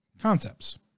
Concepts